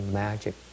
magic